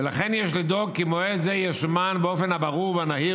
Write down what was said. ולכן יש לדאוג כי מועד זה יסומן באופן הברור והנהיר